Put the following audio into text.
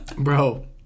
bro